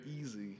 easy